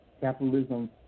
capitalism